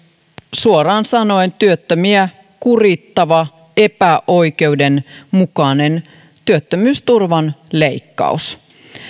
suoraan sanoen työttömiä kurittava epäoikeudenmukainen työttömyysturvan leikkaus